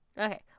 Okay